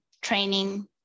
training